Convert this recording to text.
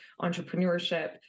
entrepreneurship